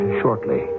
shortly